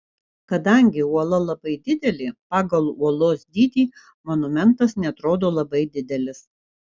kadangi uola labai didelė pagal uolos dydį monumentas neatrodo labai didelis